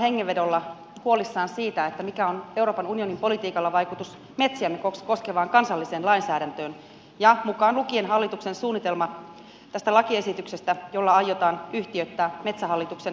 hengenvedolla täytyy olla huolissaan siitä mikä vaikutus euroopan unionin politiikalla on metsiämme koskevaan kansalliseen lainsäädäntöön mukaan lu kien hallituksen suunnitelma tästä lakiesityksestä jolla aiotaan yhtiöittää metsähallituksen liiketoiminnot